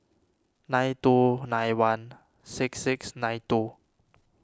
nine two nine one six six nine two